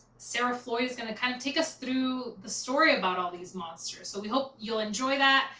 sarah floyd, is gonna kind of take us through the story about all these monsters. so we hope you'll enjoy that,